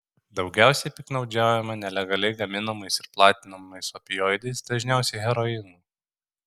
daugiausiai piktnaudžiaujama nelegaliai gaminamais ir platinamais opioidais dažniausiai heroinu